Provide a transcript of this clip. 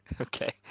Okay